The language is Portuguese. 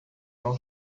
não